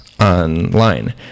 online